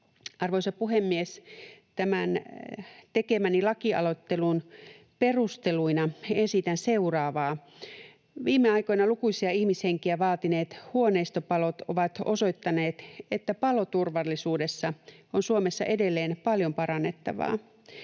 Arvoisa puhemies! Tämän tekemäni lakialoitteen perusteluina esitän seuraavaa: Viime aikoina lukuisia ihmishenkiä vaatineet huoneistopalot ovat osoittaneet, että paloturvallisuudessa on Suomessa edelleen paljon parannettavaa.